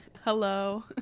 Hello